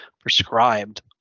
prescribed